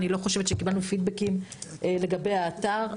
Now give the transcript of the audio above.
אני לא חושבת שקיבלנו פידבקים לגבי האתר.